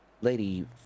Lady